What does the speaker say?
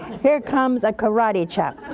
here comes a karate chop.